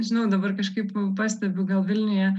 žinau dabar kažkaip pastebiu gal vilniuje